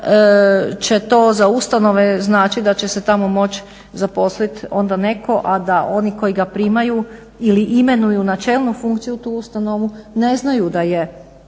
će to za ustanove značiti da će se tamo moći zaposliti onda netko a da oni koji ga primaju ili imenuju na čelnu funkciju tu ustanovu ne znaju da je